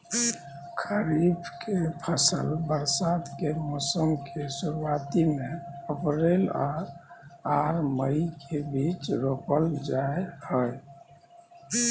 खरीफ के फसल बरसात के मौसम के शुरुआती में अप्रैल आर मई के बीच रोपल जाय हय